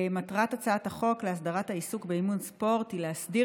מטרת הצעת החוק להסדרת העיסוק באימון ספורט היא להסדיר